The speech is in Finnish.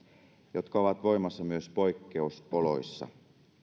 jotka ovat voimassa myös poikkeusoloissa